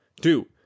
Two